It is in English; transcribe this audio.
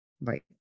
Right